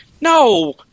No